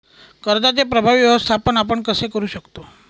कर्जाचे प्रभावी व्यवस्थापन आपण कसे करु शकतो?